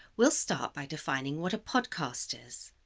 we'll start by defining what a podcast is.